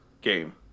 game